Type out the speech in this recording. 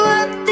up